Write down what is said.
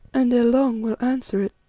and ere long will answer it,